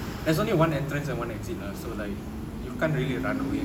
there's only one entrance and one exit lah so like you can't really run away